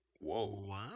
whoa